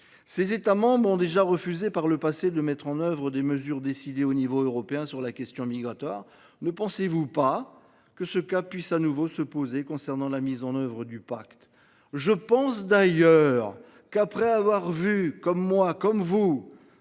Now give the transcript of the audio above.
ces États membres ayant déjà refusé par le passé de mettre en œuvre des mesures décidées à l’échelon européen sur la question migratoire, ne pensez-vous pas que cette question puisse de nouveau se poser pour la mise en œuvre du pacte ? Je pense d’ailleurs que ces pays, après avoir vu – comme moi, comme vous